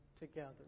together